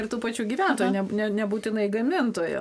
ir tų pačių gyventojų ne nebūtinai gamintojų